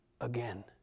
again